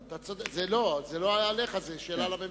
אתה צודק, זה לא עליך, זו שאלה לממשלה.